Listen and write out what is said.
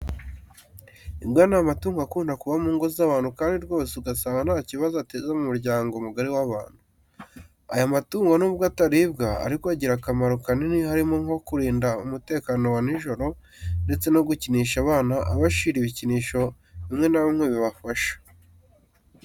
Imbwa ni amatungo akunda kuba mu ngo z'abantu kandi rwose ugasanga nta kibazo ateza mu muryango mugari w'abantu. Aya matungo nubwo ataribwa ariko agira akamaro kanini harimo nko kurinda umutekano wa nijoro ndetse no gukinisha abana abashyira ibikinisho bimwe na bimwe bibafasha.